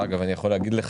אגב, אני יכול להגיד לך,